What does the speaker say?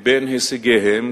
לבין הישגיהם,